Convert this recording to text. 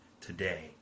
today